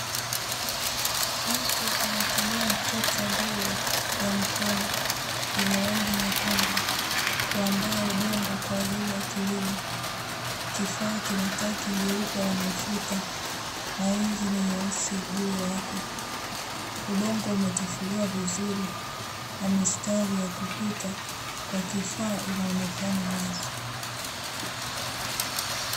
Mtu anatumia trekta ndogo ya mkono yenye rangi nyekundu, kuandaa udongo kwa ajili ya kilimo. Kifaa kina tanki jeupe la mafuta na injini nyeusi juu yake. Udongo umetifuliwa vizuri na mistari ya kupita kwa kifaa inaonekana wazi.